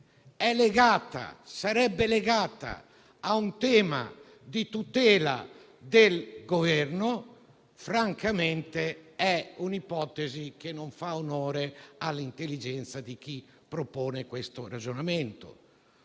sarebbe legata a un tema di tutela del Governo francamente è un'ipotesi che non fa onore all'intelligenza di chi propone questo ragionamento.